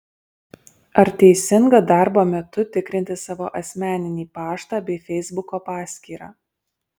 ar teisinga darbo metu tikrinti savo asmeninį paštą bei feisbuko paskyrą